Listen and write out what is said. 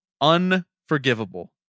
unforgivable